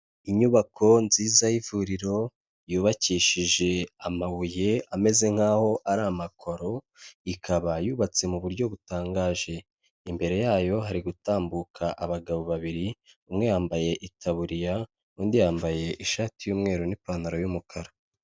Inyubako nziza y'ivuriro, yubakishije amabuye ameze nkaho ari amakoro, ikaba yubatse mu buryo butangaje. Imbere yayo hari gutambuka abagabo babiri, umwe yambaye itaburiya, undi yambaye ishati y'umweru n'ipantaro y'umukara.